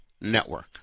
Network